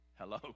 Hello